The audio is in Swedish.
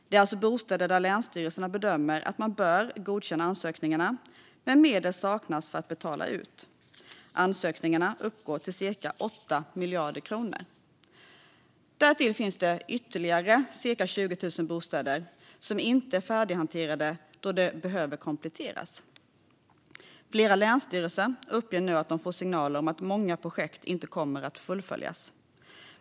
Det är alltså bostäder där länsstyrelserna bedömer att man bör godkänna ansökningarna men där det saknas medel att betala ut. Ansökningarna uppgår till cirka 8 miljarder kronor. Därtill finns det ytterligare cirka 20 000 bostäder som inte är färdighanterade, då de behöver kompletteras. Flera länsstyrelser uppger nu att de får signaler om att många projekt inte kommer att fullföljas.